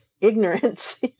Ignorance